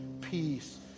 peace